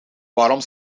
waarom